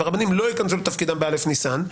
והרבנים לא ייכנסו לתפקידם בא' ניסן,